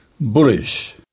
Bullish